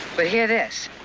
but hear this.